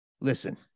Listen